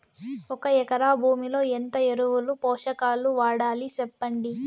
ఒక ఎకరా భూమిలో ఎంత ఎరువులు, పోషకాలు వాడాలి సెప్పండి?